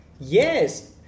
Yes